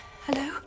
Hello